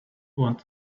want